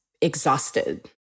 exhausted